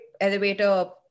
elevator